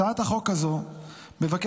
הצעת החוק הזאת מבקשת